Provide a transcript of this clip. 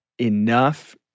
enough